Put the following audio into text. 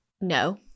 no